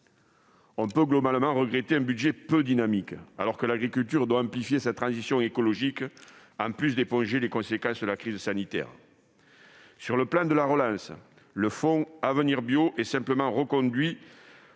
on peut regretter un budget peu dynamique, alors que l'agriculture doit amplifier sa transition écologique, en plus d'éponger les conséquences de la crise sanitaire. Sans le plan de relance, le Fonds Avenir Bio est simplement reconduit